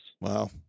wow